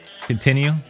Continue